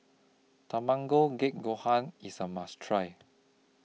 Tamago Kake Gohan IS A must Try